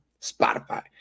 Spotify